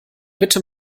bitte